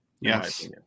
Yes